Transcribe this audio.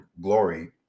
glory